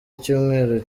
icyumweru